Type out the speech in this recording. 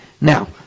Now